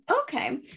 Okay